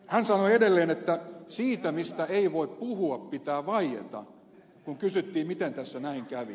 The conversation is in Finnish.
hän sanoi edelleen että siitä mistä ei voi puhua pitää vaieta kun kysyttiin miten tässä näin kävi